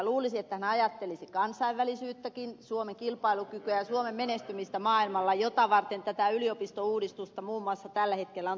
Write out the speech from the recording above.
luulisi että hän ajattelisi kansainvälisyyttäkin suomen kilpailukykyä ja suomen menestymistä maailmalla jota varten tätä yliopistouudistusta muun muassa tällä hetkellä on toteutettu